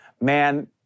Man